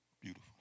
Beautiful